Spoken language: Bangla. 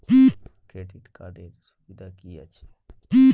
ক্রেডিট কার্ডের সুবিধা কি আছে?